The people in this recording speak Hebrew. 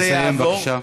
תסיים' בבקשה.